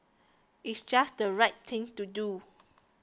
it's just the right thing to do